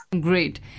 great